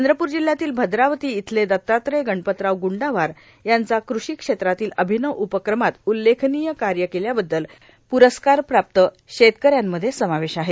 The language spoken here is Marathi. चंद्रपूर जिल्ह्यातील भद्रावती इथले दत्तात्रय गणपतराव गुंडावार यांचा कृषी क्षेत्रातील र्आभनव उपक्रमात उल्लेखनीय काय केल्याबद्दल प्रस्कारप्राप्त कमचाऱ्यांमध्ये समावेश आहे